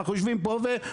אנחנו יושבים פה והנה,